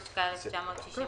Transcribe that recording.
התשכ"א-1961,